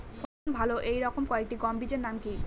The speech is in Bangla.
ফলন ভালো এই রকম কয়েকটি গম বীজের নাম কি?